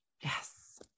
Yes